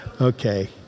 Okay